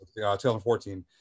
2014